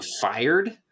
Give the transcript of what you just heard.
fired